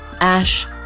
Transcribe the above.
Ash